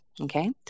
okay